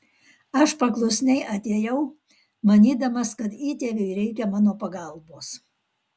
aš paklusniai atėjau manydamas kad įtėviui reikia mano pagalbos